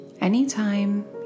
Anytime